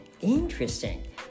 Interesting